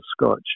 scotch